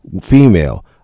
female